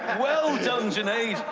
well done, junaid.